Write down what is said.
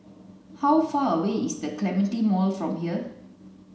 how far away is the Clementi Mall from here